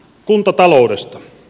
kuntataloudesta